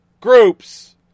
groups